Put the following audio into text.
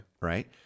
Right